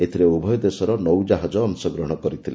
ଏଥିରେ ଉଭୟ ଦେଶର ନୌ ଜାହାଜ ଅଂଶଗ୍ରହଣ କରିଥିଲେ